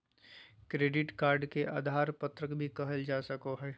credit card के उधार पत्रक भी कहल जा सको हइ